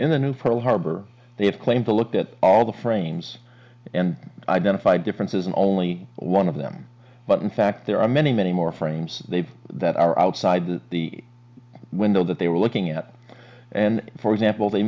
in the new pearl harbor they have claimed to look at all the frames and identified differences in only one of them but in fact there are many many more frames they that are outside the window that they were looking at and for example they